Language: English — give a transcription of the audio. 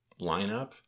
lineup